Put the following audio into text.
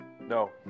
No